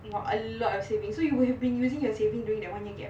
!wah! a lot of saving so you were have been using your savings during that one year gap